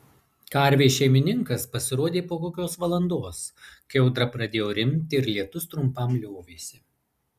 karvės šeimininkas pasirodė po kokios valandos kai audra pradėjo rimti ir lietus trumpam liovėsi